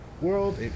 world